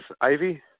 Ivy